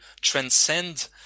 transcend